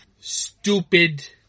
stupid